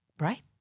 right